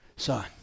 Son